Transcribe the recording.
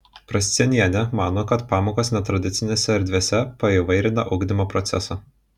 prascienienė mano kad pamokos netradicinėse erdvėse paįvairina ugdymo procesą